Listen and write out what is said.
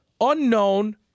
unknown